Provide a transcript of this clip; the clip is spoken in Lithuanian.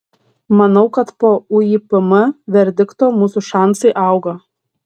manau kad po uipm verdikto mūsų šansai auga